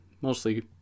mostly